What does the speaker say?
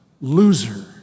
loser